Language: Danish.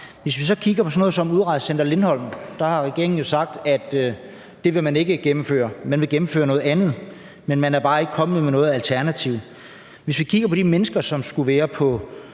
bliver sagt. I forbindelse med Udrejsecenter Lindholm har regeringen sagt, at det vil man ikke gennemføre, man vil gennemføre noget andet, men man er bare ikke kommet med noget alternativ. Hvad angår de mennesker, der skulle være på